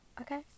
okay